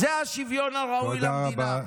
זה השוויון הראוי למדינה.